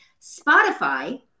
Spotify